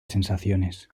sensaciones